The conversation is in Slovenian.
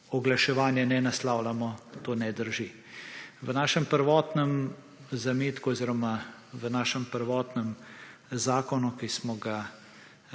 oglaševanje ne naslavljamo, to ne drži. V našem prvotnem zametku oziroma v našem prvotnem zakonu, ki smo ga